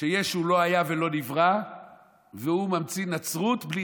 שישו לא היה ולא נברא והוא ממציא נצרות בלי